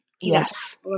Yes